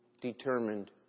determined